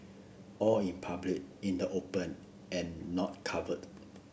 all in public in the open and not covered